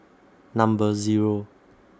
Number Zero